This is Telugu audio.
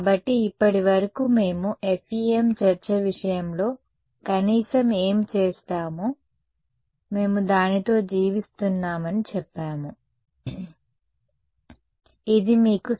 కాబట్టి ఇప్పటివరకు మేము FEM చర్చ విషయంలో కనీసం ఏమి చేసామో మేము దానితో జీవిస్తున్నామని చెప్పాము ఇది మీకు సరైనది